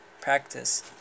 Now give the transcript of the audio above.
practice